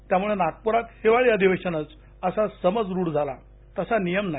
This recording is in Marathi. त्यामुळे नागपुरात हिवाळी अधिवेशनच असा समज रूढ झाला पण तसा नियम नाही